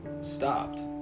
stopped